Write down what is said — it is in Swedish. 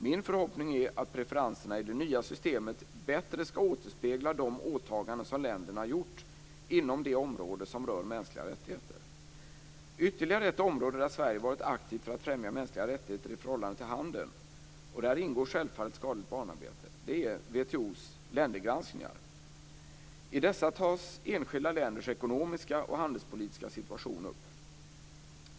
Min förhoppning är att preferenserna i det nya systemet bättre ska återspegla de åtaganden som länderna gjort inom det område som rör mänskliga rättigheter. Ytterligare ett område där Sverige varit aktivt för att främja mänskliga rättigheter i förhållande till handeln, och där ingår självfallet skadligt barnarbete, är WTO:s ländergranskningar. I dessa tas enskilda länders ekonomiska och handelspolitiska situation upp.